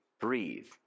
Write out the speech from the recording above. breathe